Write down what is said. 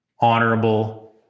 honorable